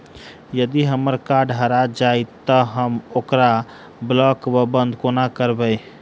यदि हम्मर कार्ड हरा जाइत तऽ हम ओकरा ब्लॉक वा बंद कोना करेबै?